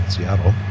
Seattle